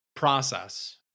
Process